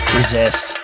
resist